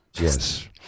Yes